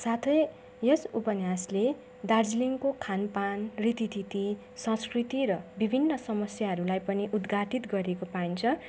साथै यस उपन्यासले दार्जिलिङको खानपान रीति थिती संस्कृति र विभिन्न समस्याहरूलाई पनि उदघाटित गरेको पाइन्छ